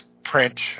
print